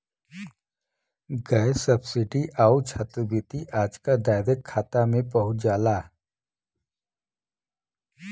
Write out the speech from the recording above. gas subsidy आउर छात्रवृत्ति आजकल डायरेक्ट खाता में पहुंच जाला